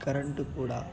current కూడా